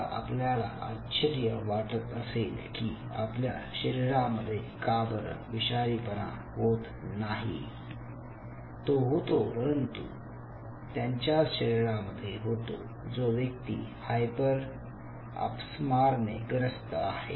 आता आपल्याला आश्चर्य वाटत असेल की आपल्या शरीरामध्ये का बरं विषारीपणा होत नाही तो होतो परंतु त्यांच्याच शरीरामध्ये होतो जो व्यक्ती हायपर अपस्मारने ग्रस्त आहे